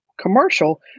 commercial